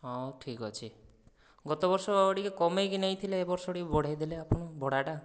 ହଁ ଠିକ ଅଛି ଗତବର୍ଷ ଟିକିଏ କମେଇକି ନେଇଥିଲେ ଏ ବର୍ଷ ଟିକିଏ ବଢ଼େଇ ଦେଲେ ଆପଣ ଭଡ଼ାଟା